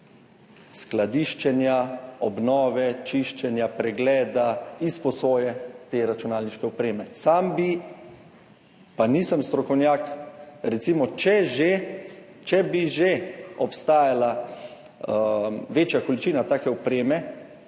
skladiščenja, obnove, čiščenja, pregleda, izposoje te računalniške opreme. Sam bi, pa nisem strokovnjak, recimo, če bi že obstajala večja količina take opreme,